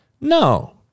no